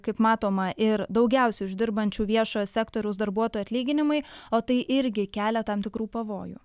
kaip matoma ir daugiausiai uždirbančių viešojo sektoriaus darbuotojų atlyginimai o tai irgi kelia tam tikrų pavojų